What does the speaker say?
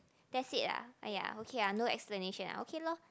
that's it ah !aiya! okay ah no explanation ah okay lor